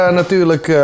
natuurlijk